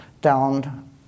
down